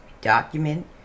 Document